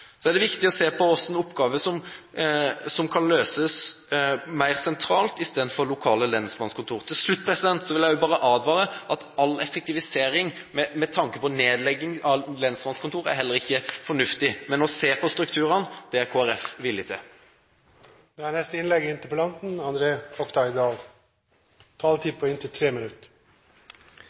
Så er det viktig å se på hvilke oppgaver som kan løses mer sentralt, istedenfor via lokale lensmannskontorer. Til slutt vil jeg også bare advare: All effektivisering med tanke på nedlegging av lensmannskontorer er heller ikke fornuftig, men å se på strukturene er Kristelig Folkeparti villig til. Nå er